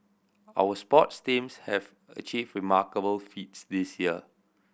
our sports teams have achieved remarkable feats this year